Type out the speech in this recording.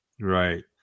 Right